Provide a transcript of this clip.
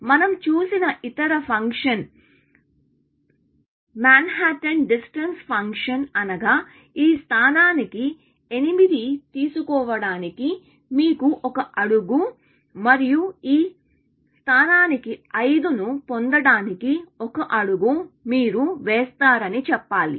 మనం చూసిన ఇతర ఫంక్షన్ మాన్హాటన్ డిస్టెన్స్ ఫంక్షన్ అనగా ఈ స్థానానికి 8 తీసుకోవడానికి మీకు ఒక అడుగు మరియు ఈ స్థానానికి 5 ను పొందడానికి ఒక అడుగు మీరు వేస్తారని చెప్పాలి